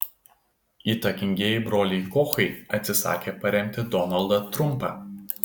įtakingieji broliai kochai atsisakė paremti donaldą trumpą